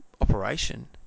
operation